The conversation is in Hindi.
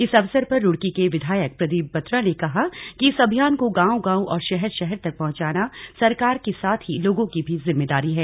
इस अवसर पर रुड़की के विधायक प्रदीप बत्रा ने कहा कि इस अभियान को गांव गांव और शहर शहर तक पहुंचाना सरकार के साथ ही लोगों की भी जिम्मेदारी है